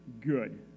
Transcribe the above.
good